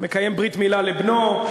מקיים ברית-מילה לבנו,